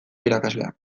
irakasleak